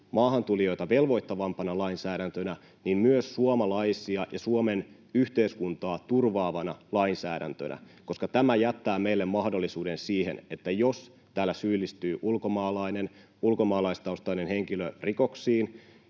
maahantulijoita velvoittavampana lainsäädäntönä niin myös suomalaisia ja Suomen yhteiskuntaa turvaavana lainsäädäntönä, koska tämä jättää meille mahdollisuuden siihen, että jos täällä syyllistyy ulkomaalainen, ulkomaalaistaustainen henkilö, rikoksiin,